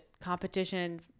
competition